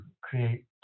create